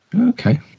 okay